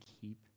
keep